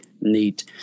neat